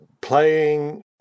playing